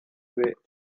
great